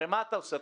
הרי מה אתה עושה?